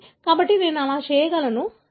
కాబట్టి నేను అలా చేయగలను